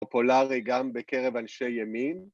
פופולארי גם בקרב אנשי ימין.